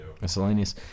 Miscellaneous